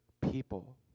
people